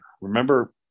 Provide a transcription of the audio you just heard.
remember